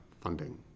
funding